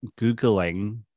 googling